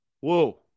Whoa